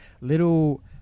little